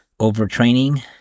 overtraining